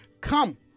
Come